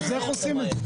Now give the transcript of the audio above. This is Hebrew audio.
איך עושים את זה?